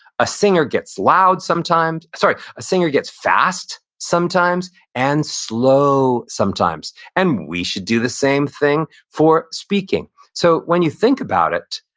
a singer gets loud sometimes. sorry, a singer gets fast sometimes and slow sometimes, and we should do the same thing for speaking so when you think about it,